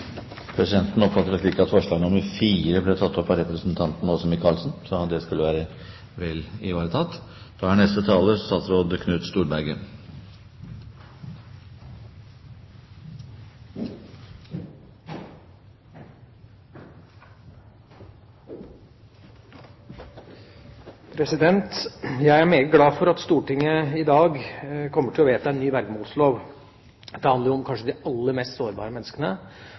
Presidenten oppfatter det slik at forslag nr. 4 ble tatt opp av representanten Åse Michaelsen, slik at det skulle være vel ivaretatt. Jeg er meget glad for at Stortinget i dag kommer til å vedta en ny vergemålslov. Dette handler om kanskje de aller mest sårbare menneskene,